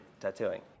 tattooing